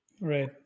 Right